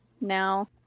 now